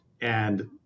and-